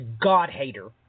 God-hater